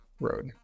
road